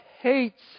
hates